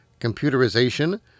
computerization